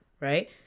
right